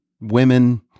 women